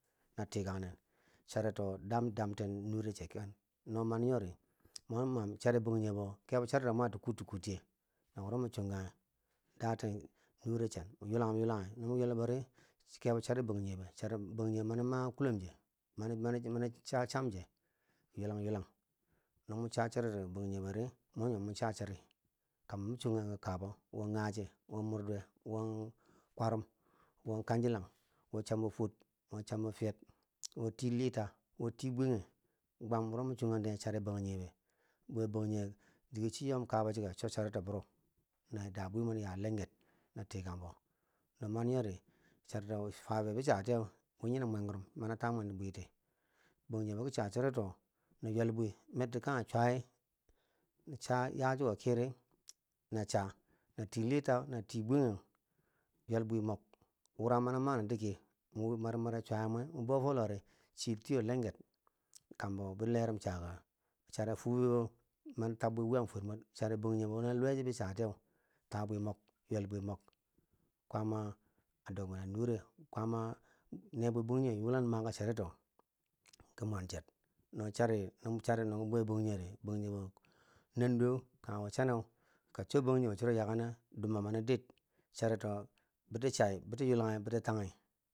Na tikannen charito dam dam chem nure che ken, no mani nyori mwa mam, chari bangjinghe kebo chariyo mah nawo mo mati kutti kuttiye nawo min chongage daten nure che min chon gage a ywelanghum ywelanghe noi mor ywelbori kebo chari bangjinghe chari bangjinghe mani ma kulumje mani cha chamge ki ywelang ywelang, nomun cha chari bangjinghe be ri mun yumom mun cha chari kambo mi chonkanghi ki kaba wo ngaje, won murduwe, wo kwarum, wo kangjilang, wo chambo fuwor, won chambo fiyer won tii lita won tii bwiyege gwamb biro min chongan tiye chari banjigebe bwebangjinghe dige cho yom kaba chike cho charito bero nada bwimwi lenget na tikang bo no mani yo chari to fabe bi cha ti wi yona mwengrom mana ta mwen dikerti banjigebo ki cha cha rito na wel bwi ki kage swaye na ya chiko ki ri na cha na tii lita na tii bugchaghe ti yo ywel bwi mork wura mana mane ti ki wi merum mere swaye mur mun bow fo loh ri chi tiyo lenger kambo bi lerim chakage chari fubebo mani tabwi wuyam fur bwer bwe banjige be wo bi chati ye ywel bwe mork ta bwi mork kwama a dobbinen nure kwaama a ne bwe banjige yulan maga chari to ki mwancher non chari non chari no mun bwe banjige ri nan duwo kage wo chane ka cho banjigebo cho yagene dumbo mana did charito bi chai biki yulahi biki tagi.